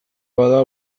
bada